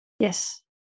Yes